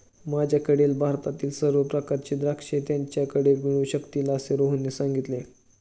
माझ्याकडील भारतातील सर्व प्रकारची द्राक्षे त्याच्याकडे मिळू शकतील असे रोहनने सांगितले